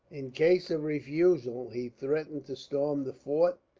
in case of refusal, he threatened to storm the fort,